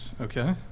Okay